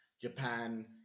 Japan